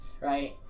right